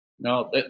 No